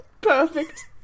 perfect